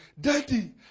daddy